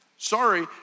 Sorry